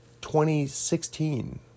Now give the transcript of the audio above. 2016